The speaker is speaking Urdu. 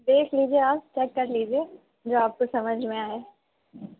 دیکھ لیجیے آپ چیک کر لیجیے جو آپ کو سمجھ میں آئے